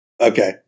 Okay